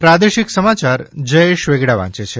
પ્રાદેશિક સમાચાર જયેશ વેગડા વાંચે છે